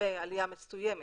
ועלייה מסוימת